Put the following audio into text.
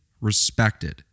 respected